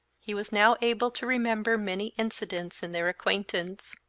he was now able to remember many incidents in their acquaintance.